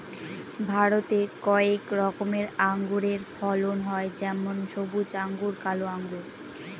ভারতে কয়েক রকমের আঙুরের ফলন হয় যেমন সবুজ আঙ্গুর, কালো আঙ্গুর